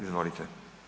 Izvolite.